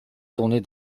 tourner